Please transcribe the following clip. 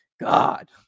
God